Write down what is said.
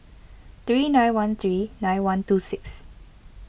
three nine one three nine one two six